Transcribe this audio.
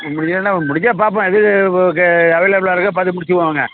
முடியலனா முடிஞ்சால் பார்ப்போம் எது உங்களுக்கு அவைளபிலா இருக்கோ பார்த்து முடிச்சுக்குவோம் வாங்க